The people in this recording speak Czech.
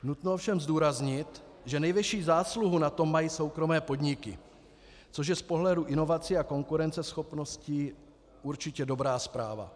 Nutno ovšem zdůraznit, že nejvyšší zásluhu na tom mají soukromé podniky, což je z pohledu inovací a konkurenceschopnosti určitě dobrá zpráva.